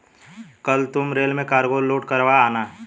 कल तुम रेल में कार्गो लोड करवा आना